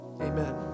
Amen